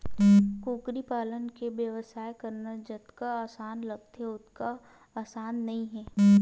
कुकरी पालन के बेवसाय करना जतका असान लागथे ओतका असान नइ हे